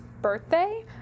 birthday